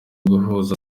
guhuza